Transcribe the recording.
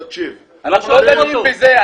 אנחנו לא דנים בזה.